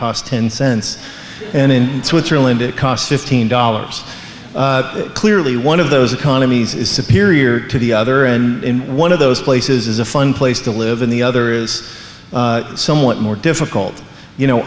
cost ten cents and in switzerland it costs fifteen dollars clearly one of those economies is superior to the other and one of those places is a fun place to live in the other is somewhat more difficult you know